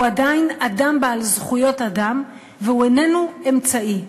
הוא עדיין אדם בעל זכויות אדם והוא איננו אמצעי,